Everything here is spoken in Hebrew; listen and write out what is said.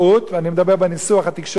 ואני מדבר בניסוח התקשורתי,